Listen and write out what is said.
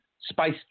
Space